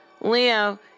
Leo